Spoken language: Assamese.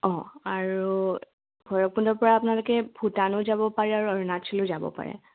অঁ আৰু ভৈৰৱকুণ্ডপৰা আপোনালোকে ভূটানো যাব পাৰে আৰু অৰুণাচলো যাব পাৰে